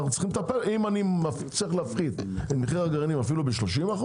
אם אני צריך להפחית את מחיר הגרעינים אפילו ב-30%,